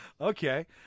okay